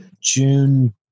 June